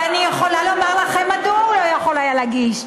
ואני יכולה לומר לכם מדוע הוא לא יכול היה להגיש,